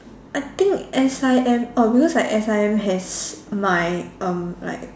I think S_I_M uh because like S_I_M has my um like